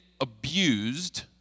abused